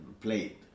played